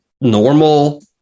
normal